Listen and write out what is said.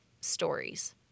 stories